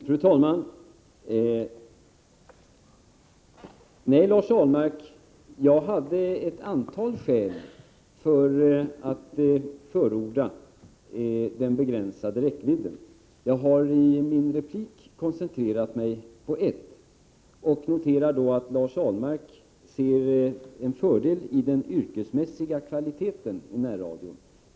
Fru talman! Nej, Lars Ahlmark, jag hade flera skäl för att förorda denna begränsade räckvidd. Jag har i mitt inlägg koncentrerat mig på ett av skälen. Jag noterar att Lars Ahlmark ser en fördel i den yrkesmässiga kvaliteten inom närradion.